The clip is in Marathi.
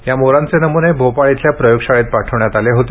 या मोरांचे नमुने भोपाळ इथल्या प्रयोगशाळेत पाठविण्यात आले होते